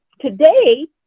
today